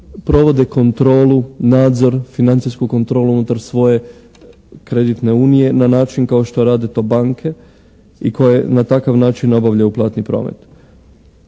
provode kontrolu, nadzor, financijsku kontrolu unutar svoje kreditne unije na način kao što rade to banke i koje na takav način obavljaju platni promet.